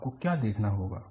आपको क्या देखना होगा